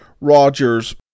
Roger's